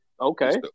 Okay